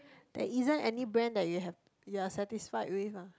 there isn't any brand that you have you are satisfied with ah